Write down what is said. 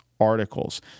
articles